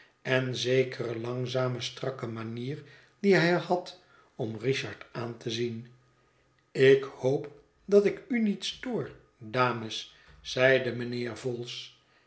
en zekere langzame strakke manier die hij had om richard aan te zien ik hoop dat ik u niet stoor dames zeide mijnheer